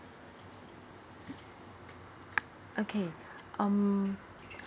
okay um